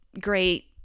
great